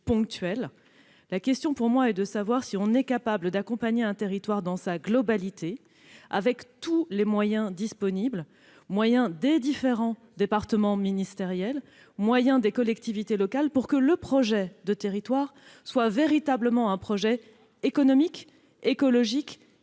ponctuel ; elle est de savoir si l'on est capable d'accompagner un territoire dans sa globalité, avec tous les moyens disponibles des différents départements ministériels et des collectivités locales, pour que le projet de territoire soit véritablement un projet économique, écologique et